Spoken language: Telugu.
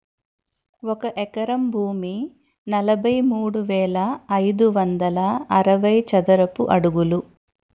ఒక ఎకరం భూమి నలభై మూడు వేల ఐదు వందల అరవై చదరపు అడుగులు